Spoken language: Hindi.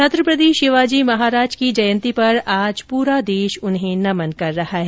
छत्रपति शिवाजी महाराज की जयंती पर आज पूरा देश उन्हें नमन कर रहा है